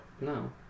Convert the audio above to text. No